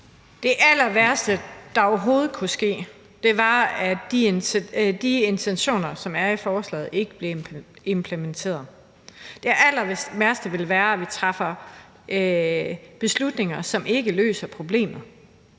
Det allerværste, der overhovedet kunne ske, var, at de intentioner, som er i forslaget, ikke blev implementeret. Det allerværste ville være, at vi træffer beslutninger, som ikke løser problemet.